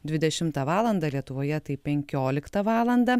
dvidešimtą valandą lietuvoje tai penkioliktą valandą